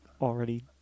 already